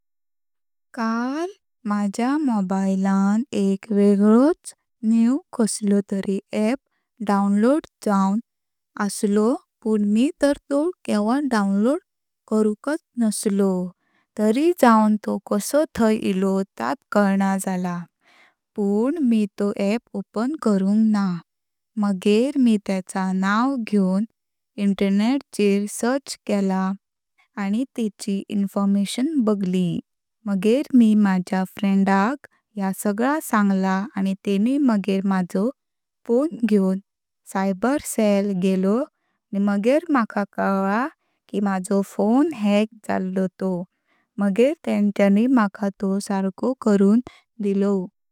काल माझ्या मोबाईल आन एक वेगळोच नवें कसलो तरी अॅप डाउनलोड जावण आसलो पण मी तार तो केवा डाउनलोड करूकात नासलो तरी जावण तो कसो थाय आलो तांत कळणा जाला, पण मी तो अॅप ओपन करूंक ना, मंगेर मी तेचा नाव घेवण इंटरनेट चेर सर्च केला आणी तेची इंफॉर्मेशन बगली, मंगेर मी माझ्या फ्रेंण्डाक ह्या सगळा सांगला आणी तेणी मंगेर माझो फोन घेवण सायबर सेल गेलो आणी मंगेर मका कवलां की माझो फोन हॅक जालो तो, मंगेर तेच्यानी मका तो सारको करुण दिलो।